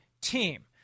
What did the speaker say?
team